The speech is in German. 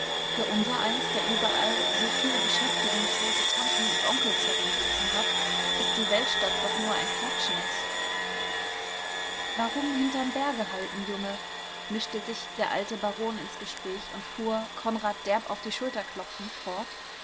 für unsereins der überall soviel beschäftigungslose tanten und onkels herumsitzen hat ist die weltstadt doch nur ein klatschnest warum hinterm berge halten junge mischte sich der alte baron ins gespräch und fuhr konrad derb auf die schulter klopfend fort